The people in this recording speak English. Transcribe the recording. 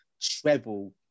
treble